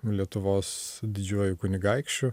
lietuvos didžiuoju kunigaikščiu